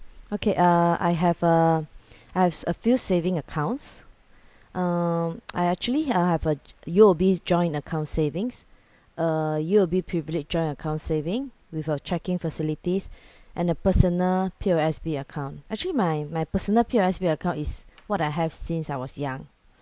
okay uh I have a I have a few saving accounts um I actually I have a U_O_B joint account savings uh U_O_B privilege joint account saving with uh checking facilities and a personal P_O_S_B account actually my my personal P_O_S_B account is what I have since I was young